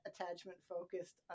attachment-focused